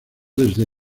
desde